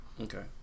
Okay